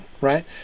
right